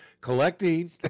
Collecting